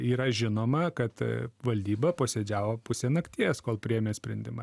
yra žinoma kad valdyba posėdžiavo pusę nakties kol priėmė sprendimą